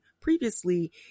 previously